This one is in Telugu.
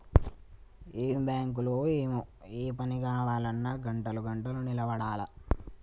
ఏం బాంకులో ఏమో, ఏ పని గావాల్నన్నా గంటలు గంటలు నిలవడాలె